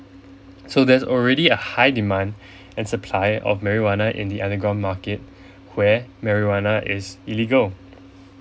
so there's already a high demand and supply of marijuana in the underground market where marijuana is illegal